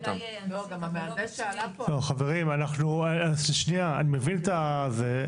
לא, חברים, שנייה, אני מבין את זה.